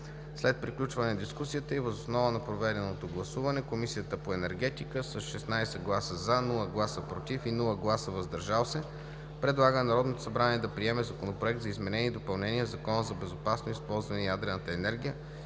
След приключване на дискусията и въз основа на проведеното гласуване Комисията по енергетика, с 16 гласа „за“, без „против“ и „въздържали се“, предлага на Народното събрание да приеме Законопроекта за изменение и допълнение на Закона за безопасно използване на ядрената енергия,